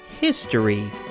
History